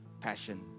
passion